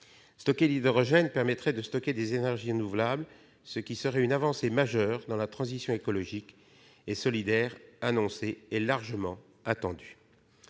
Stocker l'hydrogène permettrait de stocker des énergies renouvelables, ce qui constituerait une avancée majeure dans la transition écologique et solidaire annoncée et largement attendue.